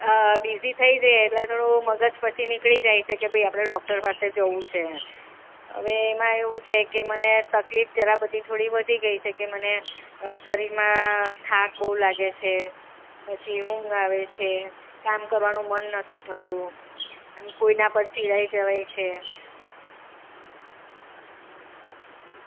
busy થઈ જઈએ એટલે થોડું મગજ પછી નીકળી જાય છે કે આપણે ડૉક્ટર પાસે જવું છે હવે એમાં એવું છે કે મને તકલીફ જરા બધી થોડી વધી ગઈ છે કે મને શરીરમાં થાક બહુ લાગે છે પછી ઊંઘ આવે છે કામ કરવાનું મન નથી થતું અન કોઈના પર ચિડાય જવાય છે